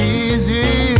easy